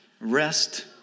rest